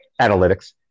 analytics